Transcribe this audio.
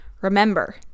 Remember